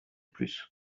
plus